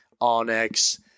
Onyx